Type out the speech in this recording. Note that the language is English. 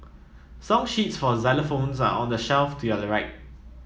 song sheets for xylophones are on the shelf to your right